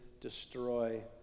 destroy